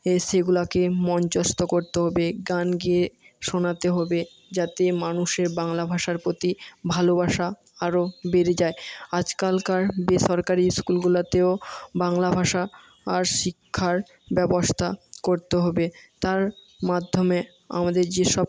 সেগুলাকে মঞ্চস্থ করতে হবে গান গেয়ে শোনাতে হবে যাতে মানুষের বাংলা ভাষার প্রতি ভালোবাসা আরো বেড়ে যায় আজকালকার বেসরকারি ইস্কুলগুলাতেও বাংলা ভাষা আর শিক্ষার ব্যবস্থা করতে হবে তার মাধ্যমে আমাদের যেসব